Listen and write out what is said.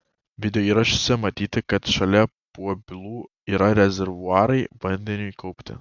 videoįrašuose matyti kad šalia pueblų yra rezervuarai vandeniui kaupti